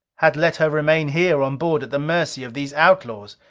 had let her remain here on board at the mercy of these outlaws.